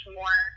more